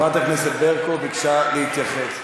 אני רוצה להתייחס.